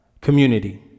community